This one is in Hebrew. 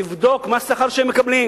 לבדוק מה השכר שהם מקבלים,